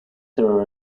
terror